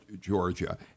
Georgia